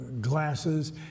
glasses